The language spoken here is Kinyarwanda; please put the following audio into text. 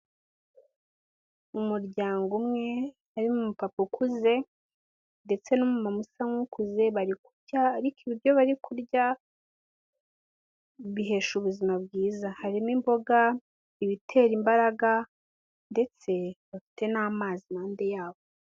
Umuryango umwe harimo umupapa ukuze ndetse n'umumama usa nk'ukuze, bari kurya ariko ibiryo bari kurya bihesha ubuzima bwiza, harimo imboga, ibitera imbaraga ndetse bafite n'amazi impande yabo.